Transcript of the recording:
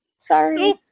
sorry